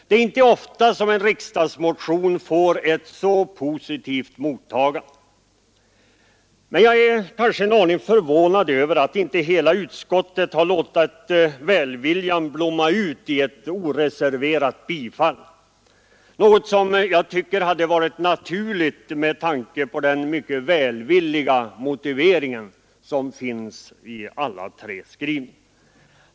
Det är inte ofta som en riksdagsmotion får ett så positivt mottagande. Jag är bara en aning förvånad över att inte hela utskottet har låtit välviljan blomma ut i ett oreserverat bifall, något som jag tycker hade varit naturligt med tanke på den mycket välvilliga skrivningen på alla håll.